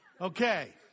Okay